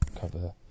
cover